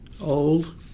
old